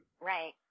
Right